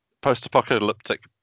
post-apocalyptic